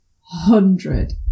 hundred